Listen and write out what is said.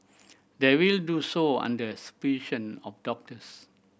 they will do so under supervision of doctors